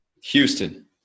Houston